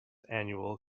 annual